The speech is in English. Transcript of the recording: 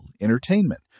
entertainment